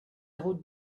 route